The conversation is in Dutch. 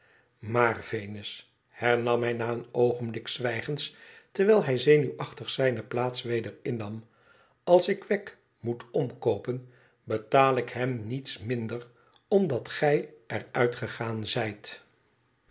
maar venus hernam hij na een oogenblik zwijgens terwijl hij zenuwachtig zijne plaats weder innam als ik wegg moet omkoopen betaal ik hem niets minder omdat gij er uitgegaan